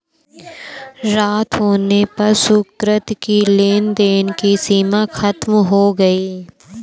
रात होने पर सुकृति की लेन देन की सीमा खत्म हो गई